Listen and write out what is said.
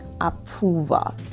approval